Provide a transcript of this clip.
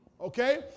Okay